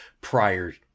prior